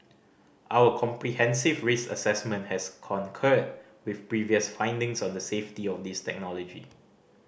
our comprehensive risk assessment has concurred with previous findings on the safety of this technology